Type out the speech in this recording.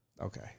Okay